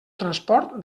transport